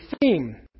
theme